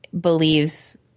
believes